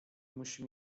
musi